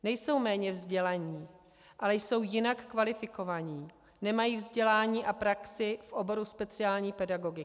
Nejsou méně vzdělaní, ale jsou jinak kvalifikovaní, nemají vzdělání a praxi v oboru speciální pedagogika.